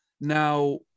Now